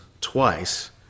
twice